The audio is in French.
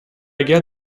gare